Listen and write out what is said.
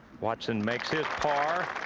watson makes his par